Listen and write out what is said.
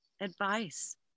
advice